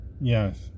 Yes